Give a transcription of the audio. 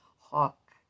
hawk